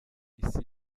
isi